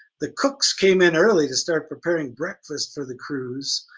the cooks came in early to start preparing breakfast for the crews,